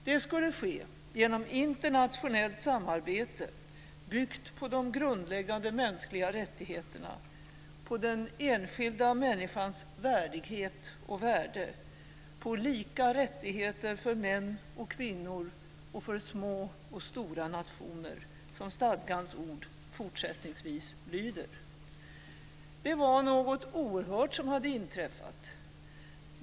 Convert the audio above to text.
Det skulle ske genom internationellt samarbete byggt på de grundläggande mänskliga rättigheterna, på den enskilda människans värdighet och värde, på lika rättigheter för män och kvinnor och för små och stora nationer - som stadgans ord fortsättningsvis lyder. Det var något oerhört som hade inträffat.